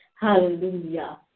Hallelujah